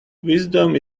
wisdom